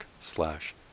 slash